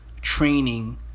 training